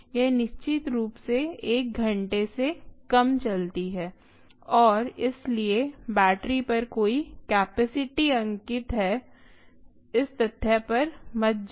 यह निश्चित रूप से एक घंटे से कम चलती है और इसलिए बैटरी पर कोई कैपेसिटी अंकित है इस तथ्य पर मत जाओ